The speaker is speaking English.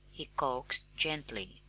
he coaxed gently.